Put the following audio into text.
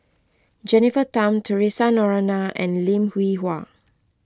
Jennifer Tham theresa Noronha and Lim Hwee Hua